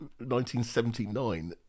1979